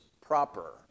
proper